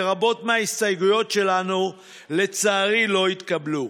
ורבות מההסתייגויות שלנו לצערי לא התקבלו.